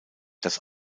das